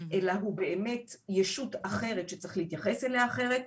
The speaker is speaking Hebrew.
אלא הוא באמת ישות אחרת שצריך להתייחס אליה אחרת.